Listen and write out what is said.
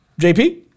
JP